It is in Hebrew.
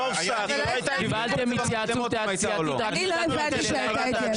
אנחנו בהתייעצות --- למה אי-אפשר לשמוע את צביקה פוגל?